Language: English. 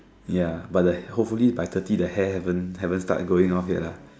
ya but the hopefully by thirty the hair haven't haven't start going off yet lah